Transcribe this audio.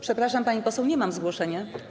Przepraszam, pani poseł, nie mam zgłoszenia.